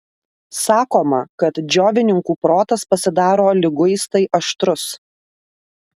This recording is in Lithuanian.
sakoma kad džiovininkų protas pasidaro liguistai aštrus